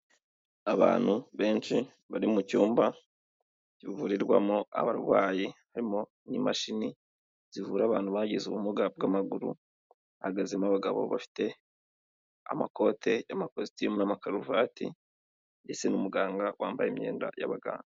Abantu benshi bari mu cyumba gihurirwamo abarwayi harimo n'imashini zivura abantu bagize ubumuga bw'amaguru, hahagazemo abagabo bafite amakote y'amakositimu n'amakaruvati ndetse n'umuganga wambaye imyenda y'abaganga.